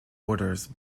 orders